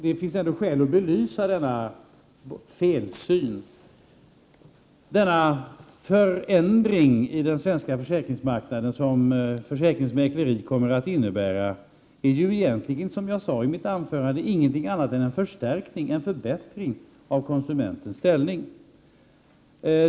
Det finns ändå skäl att belysa denna felsyn. Den förändring på den svenska försäkringsmarknaden som försäkringsmäkleri kommer att innebära är ju egentligen, som jag sade i mitt anförande, inget annat än en förbättring av konsumentens ställning.